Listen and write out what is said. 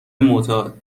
معتاد